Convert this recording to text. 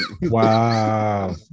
wow